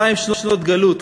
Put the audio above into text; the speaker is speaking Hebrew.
אלפיים שנות גלות,